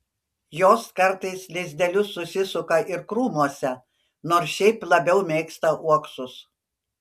jos kartais lizdelius susisuka ir krūmuose nors šiaip labiau mėgsta uoksus